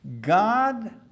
God